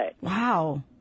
Wow